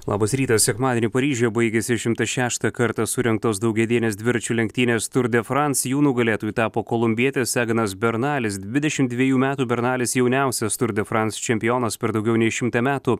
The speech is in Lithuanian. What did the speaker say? labas rytas sekmadienį paryžiuje baigėsi šimtą šeštą kartą surengtos daugiadienės dviračių lenktynės tour de france jų nugalėtoju tapo kolumbietis eganas beralis dvidešim dvejų metų bernalis jauniausias tour de france čempionas per daugiau nei šimtą metų